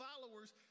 followers